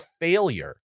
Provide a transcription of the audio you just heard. failure